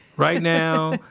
right now,